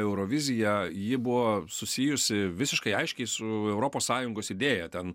euroviziją ji buvo susijusi visiškai aiškiai su europos sąjungos idėja ten